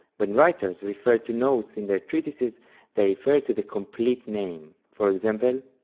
when writers refer to notes in their treatises they refer to the complete name. for example,